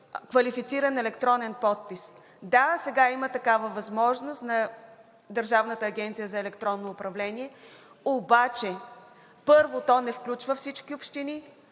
квалифициран електронен подпис. Да, сега има такава възможност на Държавна агенция „Електронно управление“, обаче, първо, то не включва всички общини